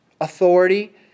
authority